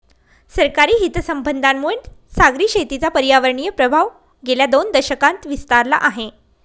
सरकारी हितसंबंधांमुळे सागरी शेतीचा पर्यावरणीय प्रभाव गेल्या दोन दशकांत विस्तारला आहे